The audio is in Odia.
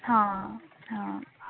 ହଁ ହଁ